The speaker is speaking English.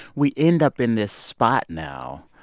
we end up in this spot now,